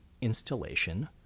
installation